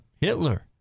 Hitler